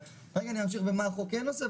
אבל כרגע אני אמשיך להתייחס למה החוק כן עושה,